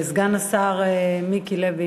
סגן השר מיקי לוי